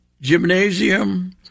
gymnasium